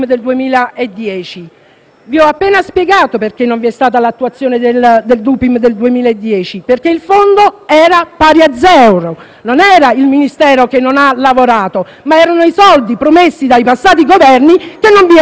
Vi ho appena spiegato che non vi è stata l'attuazione del DUPIM del 2010 perché il fondo era pari a zero: non era il Dipartimento che non ha lavorato, ma erano i soldi promessi dai passati Governi che non c'erano più.